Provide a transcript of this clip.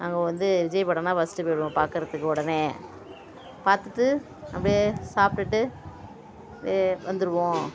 அங்கே வந்து விஜய் படன்னால் ஃபஸ்ட்டு போயிடுவோம் பார்க்குறதுக்கு உடனே பார்த்துட்டு அப்டேயே சாப்பிட்டுட்டு அப்டேயே வந்துடுவோம்